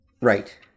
Right